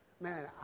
Man